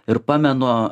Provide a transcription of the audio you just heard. ir pamenu